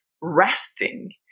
resting